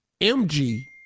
MG